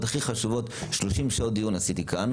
הכי חשובות 30 שעות דיון עשיתי כאן,